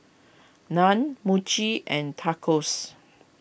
Naan Mochi and Tacos